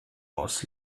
aus